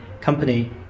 company